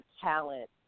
talent